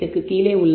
28 கீழே உள்ளன